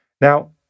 Now